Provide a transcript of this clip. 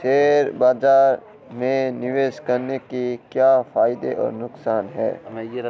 Share बाज़ार में निवेश करने के क्या फायदे और नुकसान हैं?